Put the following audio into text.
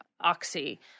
oxy